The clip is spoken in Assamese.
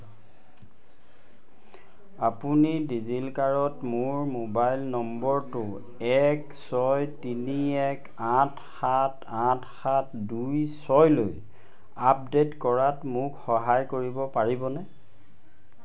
আপুনি ডিজিলকাৰত মোৰ মোবাইল নম্বৰটো এক ছয় তিনি এক আঠ সাত আঠ সাত দুই ছয়লৈ আপডেট কৰাত মোক সহায় কৰিব পাৰিবনে